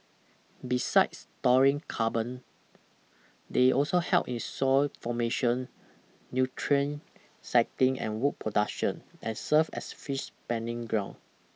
besides storing carbon they also help in soil formation nutrient cycling and wood production and serve as fish spanning ground